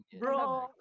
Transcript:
bro